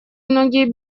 многие